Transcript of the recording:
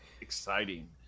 exciting